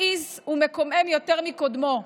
מכעיס ומקומם יותר מקודמו.